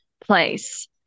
place